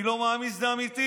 אני לא מאמין שזה אמיתי.